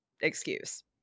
excuse